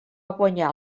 guanyar